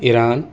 Iran